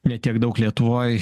ne tiek daug lietuvoj